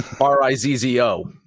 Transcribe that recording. r-i-z-z-o